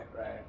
right